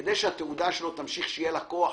שלתעודה שלו, ימשיך להיות לה כוח